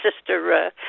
Sister